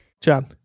John